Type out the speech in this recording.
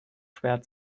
schwer